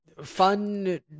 Fun